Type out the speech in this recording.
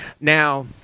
Now